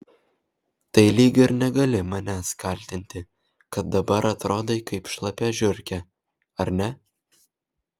tai lyg ir negali manęs kaltinti kad dabar atrodai kaip šlapia žiurkė ar ne